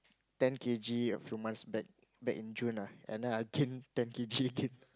ten K_G a few months back back in June ah and then I gain ten K_G again